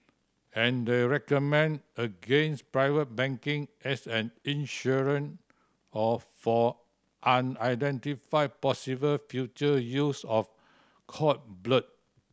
and they recommend against private banking as an insurance or for unidentified possible future use of cord blood